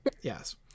yes